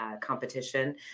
competition